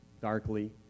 darkly